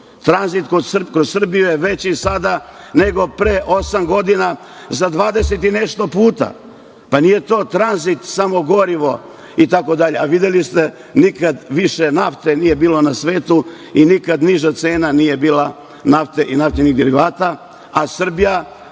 Tranzit kroz Srbiju je veći sada nego pre osam godina za 20 i nešto puta. Pa nije to tranzit samo gorivo i tako dalje, a videli ste, nikada više nafte nije bilo na svetu i nikada niža cena nije bila nafte i naftnih derivata, a Srbija